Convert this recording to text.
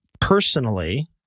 personally